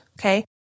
Okay